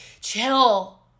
chill